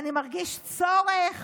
אני מרגיש צורך